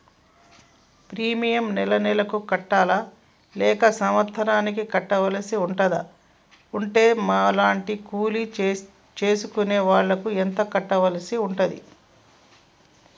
Premium నెల నెలకు కట్టాలా లేక సంవత్సరానికి కట్టాల్సి ఉంటదా? ఉంటే మా లాంటి కూలి చేసుకునే వాళ్లు ఎంత కట్టాల్సి ఉంటది?